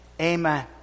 Amen